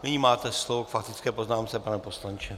Nyní máte slovo k faktické poznámce, pane poslanče.